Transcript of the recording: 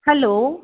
hello